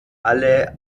alle